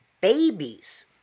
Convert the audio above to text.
babies